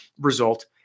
result